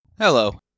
Hello